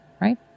right